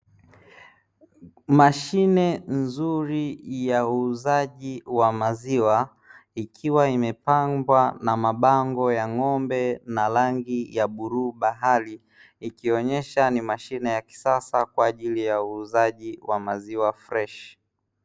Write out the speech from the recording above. Mashine nzuri ya uuzaji wa maziwa ikiwa imepambwa na mapambo ya ng'ombe na mabango ya bluu bahari, ikionesha ni mashine ya kisasa kwa ajili ya uuzaji wa maziwa freshi.